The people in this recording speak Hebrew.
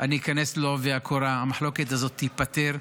אני איכנס בעובי הקורה, המחלוקת הזאת תיפתר.